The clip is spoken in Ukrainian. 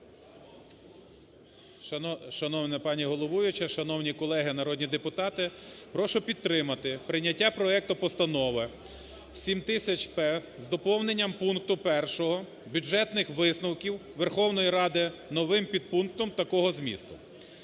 Шановна пані головуюча! Шановні колеги народні депутати! Прошу підтримати прийняти проекту Постанови 7000-П з доповненням пункту першого бюджетних висновків Верховної Ради новим підпунктом такого змісту: